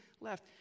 left